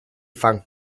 fan